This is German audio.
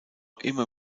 immer